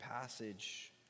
passage